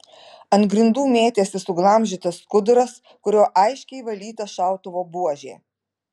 ant grindų mėtėsi suglamžytas skuduras kuriuo aiškiai valyta šautuvo buožė